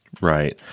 Right